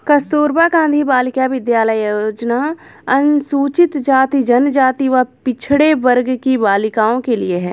कस्तूरबा गांधी बालिका विद्यालय योजना अनुसूचित जाति, जनजाति व पिछड़े वर्ग की बालिकाओं के लिए है